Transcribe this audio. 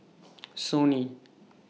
Sony